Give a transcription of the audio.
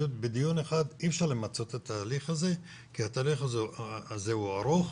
בניהול אחד אי אפשר למצות את התהליך הזה כי התהליך הזה הוא ארוך,